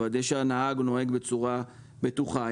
לוודא שהנהג נוהג בצורה בטוחה,